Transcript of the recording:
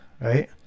right